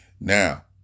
Now